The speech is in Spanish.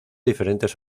diferentes